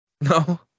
No